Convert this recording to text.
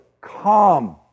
come